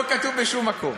לא כתוב בשום מקום.